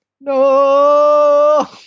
No